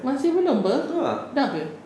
masih belum apa sudah ke